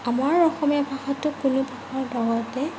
আমাৰ অসমীয়া ভাষাটোক কোনো ভাষাৰ লগতে